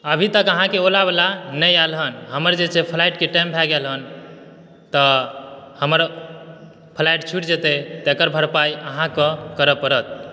अभी तक अहाँके ओला वला नहि आयल हन हमर जे छै फ़्लाइट के टाइम भए गेल हन तऽ हमर फ़्लाइट छूटि जेतै तेकर भरपाई अहाँके करऽ परत